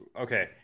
okay